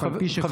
אף על פי שחטא,